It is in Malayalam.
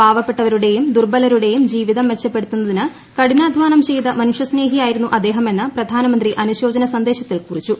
പാവപ്പെട്ടവരുടെയും ദുർബലരു ടെയും ജീവിതം മെച്ചപ്പെടുത്തുന്നതിന് കഠിനാധ്വാനം ചെയ്ത മനുഷ്യസ്നേഹിയായിരുന്നു അദ്ദേഹമെന്ന് പ്രധാനമന്ത്രി അനുശോ ചന സന്ദേശത്തിൽ കുറിച്ചു